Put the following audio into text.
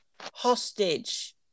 hostage